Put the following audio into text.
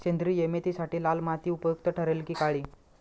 सेंद्रिय मेथीसाठी लाल माती उपयुक्त ठरेल कि काळी?